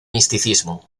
misticismo